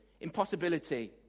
impossibility